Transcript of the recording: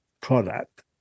product